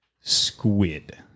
squid